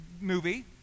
movie